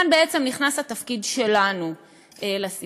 אנחנו